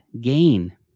gain